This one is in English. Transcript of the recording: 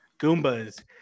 Goombas